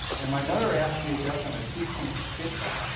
and my mother asked me if that was on a two-point scale.